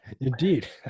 indeed